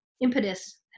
impetus